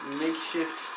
makeshift